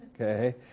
okay